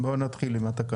כן, בוא נתחיל עם התקנות.